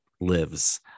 lives